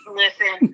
listen